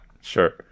Sure